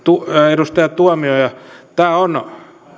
edustaja tuomioja tämä on